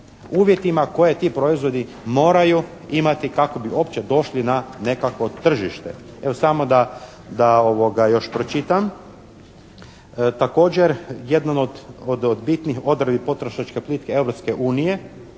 uvjetima koje ti proizvodi moraju imati kako bi uopće došli na nekakvo tržište. Evo samo da još pročitam također jednu od bitnih odredbi potrošačke politike